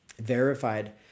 verified